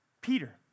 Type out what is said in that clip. Peter